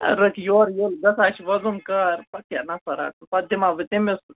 رَٹہٕ یورٕ یورٕ گژھان چھِ وَزُم کار پَتہٕ کیٛاہ نفا رَٹو پَتہٕ دِما بہٕ تٔمِس